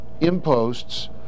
imposts